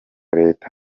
leta